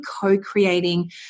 co-creating